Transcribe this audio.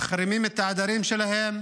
מחרימים את העדרים שלהם